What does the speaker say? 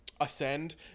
ascend